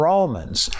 Romans